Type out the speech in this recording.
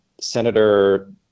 Senator